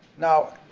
now,